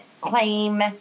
claim